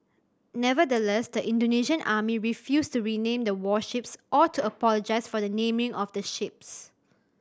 nevertheless the Indonesian are refused to rename the warships or to apologise for the naming of ships